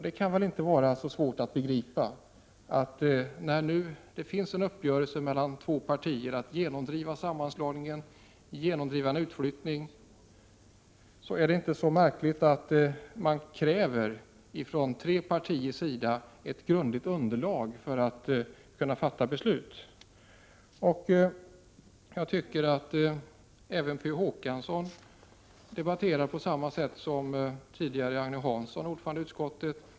Det kan väl inte vara så svårt att begripa, att när det nu finns en uppgörelse mellan två partier om att genomdriva sammanslagningen och utflyttningen, att tre partier kan kräva ett ordentligt underlag för att kunna fatta ett beslut. Jag tycker att även Per Olof Håkansson debatterade på samma sätt som ordföranden Agne Hansson gjorde.